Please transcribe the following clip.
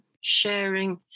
sharing